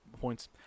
points